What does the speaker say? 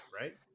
right